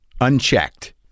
unchecked